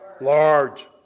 large